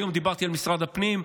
היום דיברתי על משרד הפנים,